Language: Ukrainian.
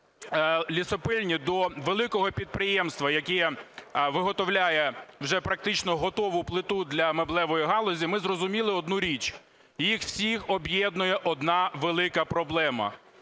від маленької лісопильні до великого підприємства, яке виготовляє вже практично готову плиту для меблевої галузі, ми зрозуміли одну річ: їх усіх об'єднує одна велика проблема.